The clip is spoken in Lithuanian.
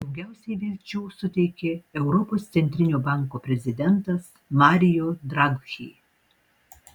daugiausiai vilčių suteikė europos centrinio banko prezidentas mario draghi